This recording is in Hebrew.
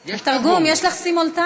יש תרגום, יש לך תרגום סימולטני.